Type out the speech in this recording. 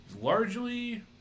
largely